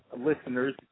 listeners